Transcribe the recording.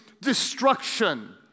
destruction